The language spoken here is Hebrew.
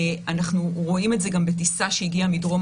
אנחנו רואים את זה גם בטיסה שהגיעה מדרום